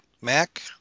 Mac